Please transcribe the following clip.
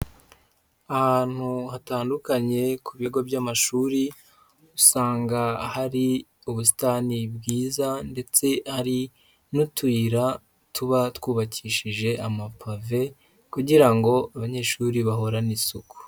Ahantu hatandukanye, ku bigo by'amashuri usanga hari ubusitani bwiza ndetse n'utuyira tuba twubakishije amapave kugira ngo abanyeshuri bahorane isuku.